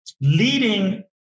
leading